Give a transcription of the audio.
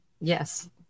Yes